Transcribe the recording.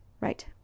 right